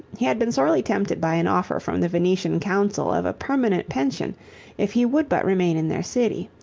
he had been sorely tempted by an offer from the venetian council of a permanent pension if he would but remain in their city.